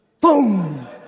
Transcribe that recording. boom